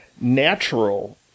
natural